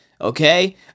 okay